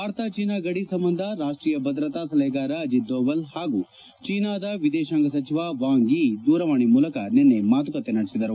Bharat China ಗಡಿ ಸಂಬಂಧ ರಾಷ್ಷೀಯ ಭದ್ರತಾ ಸಲಹೆಗಾರ ಅಜಿತ್ ದೋವಲ್ ಹಾಗೂ ಚೀನಾದ ವಿದೇಶಾಂಗ ಸಚಿವ ವಾಂಗ್ ಯಿ ದೂರವಾಣಿ ಮೂಲಕ ನಿನ್ನೆ ಮಾತುಕತೆ ನಡೆಸಿದರು